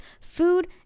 food